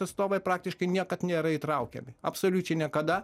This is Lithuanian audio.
atstovai praktiškai niekad nėra įtraukiami absoliučiai niekada